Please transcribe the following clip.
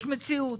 יש מציאות